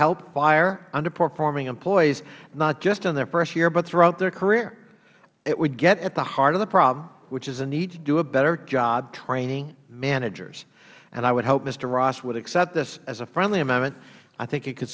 help fire underperforming employees not just in their first year but throughout their career it would get at the heart of the problem which is the need to do a better job of training managers i would hope mister ross would accept this as a friendly amendment i think it could